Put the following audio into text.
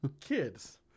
kids